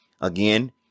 Again